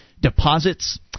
deposits